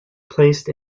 placed